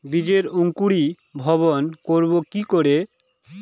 বীজের অঙ্কোরি ভবন করব কিকরে?